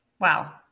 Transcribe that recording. Wow